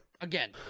Again